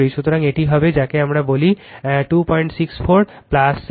সুতরাং এটি হবে যাকে আমরা Z বলি 264 j 072 Ω